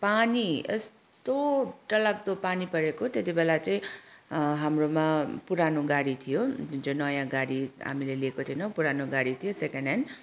पानी यस्तो डरलाग्दो पानी परेको त्यति बेला चाहिँ हाम्रोमा पुरानो गाडी थियो जुन चाहिँ नयाँ गाडी हामीले लिएको थिएनौँ पुरानो गाडी थियो सेकेन्ड ह्यान्ड